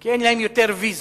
כי אין להן יותר ויזה.